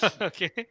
Okay